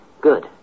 good